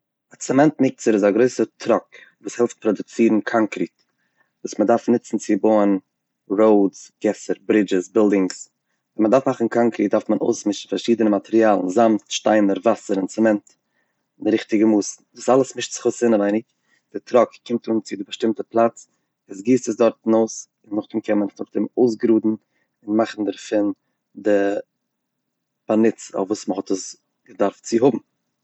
א צימענט מיקסער איז א גרויסע טראק, עס העלפט פראדוצירן קאנקריט, וואס מען דארף ניצן צו בויען ראודס, געסער, ברידזשעס, בילדינגס, ווען מען דארף מאכן קאנקריט דארף מען אויסמישן פארשידענע מאטריאלן זאמד, שטיינער, וואסער און צימענט די ריכטיגע מאס, דאס אלעס מישט זיך אויס אינעווייניג די טראק קומט אן צו די באשטימטע פלאץ, עס גיסט עס דארטן אויס נאכדעם קען מען עס נאכדעם אויסגראדן און מאכן דערפון די באנוץ אויף וואס מען האט עס געדארפט צו האבן.